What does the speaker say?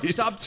Stop